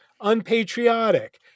unpatriotic